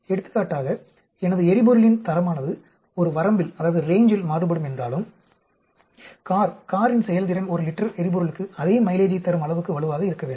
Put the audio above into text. எடுத்துக்காட்டாக எனது எரிபொருளின் தரமானது ஒரு வரம்பில் மாறுபடும் என்றாலும் காரின் செயல்திறன் ஒரு லிட்டர் எரிபொருளுக்கு அதே மைலேஜைத் தரும் அளவுக்கு வலுவாக இருக்க வேண்டும்